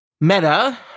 Meta